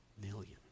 million